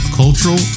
cultural